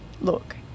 look